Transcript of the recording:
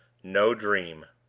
no dream!